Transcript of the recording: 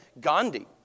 Gandhi